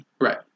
Right